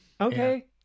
Okay